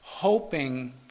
Hoping